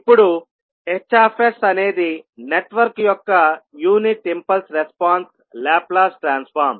ఇప్పుడు Hsఅనేది నెట్వర్క్ యొక్క unit impulse response Laplace transform